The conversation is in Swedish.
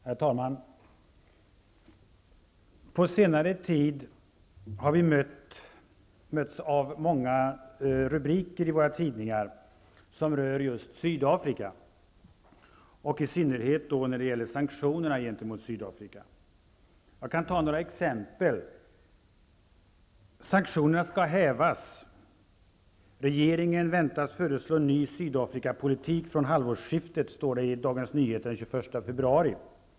Herr talman! På senare tid har vi i våra tidningar mötts av många rubriker som rör just Sydafrika, i synnerhet sanktionerna gentemot Sydafrika. Jag kan ta några exempel. ''Sanktionerna ska hävas. Regeringen väntas föreslå ny Sydafrikapolitik från halvårsskiftet'', står det i Dagens Nyheter av den 21 februari.